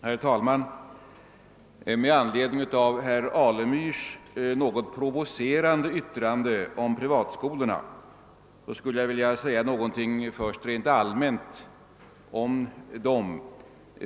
Herr talman! Med anledning av herr Alemyrs något provocerande yttrande om privatskolorna skulle jag först vilja säga någonting rent allmänt om dessa.